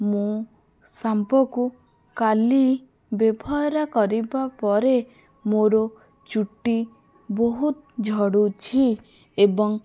ମୁଁ ଶାମ୍ପକୁ କାଲି ବ୍ୟବହାର କରିବା ପରେ ମୋର ଚୁଟି ବହୁତ ଝଡ଼ୁଛି ଏବଂ